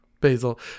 Basil